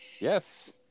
Yes